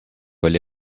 oli